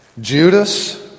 Judas